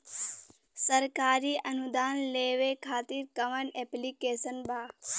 सरकारी अनुदान लेबे खातिर कवन ऐप्लिकेशन बा?